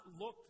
look